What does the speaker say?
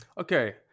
okay